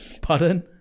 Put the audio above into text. pardon